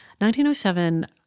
1907